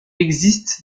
existe